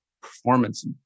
performance